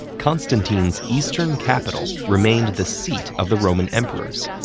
constantine's eastern capital remained the seat of the roman emperors.